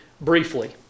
briefly